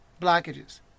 blockages